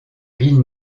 ville